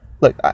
look